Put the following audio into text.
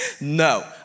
No